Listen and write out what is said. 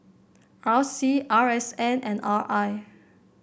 R C R S N and R I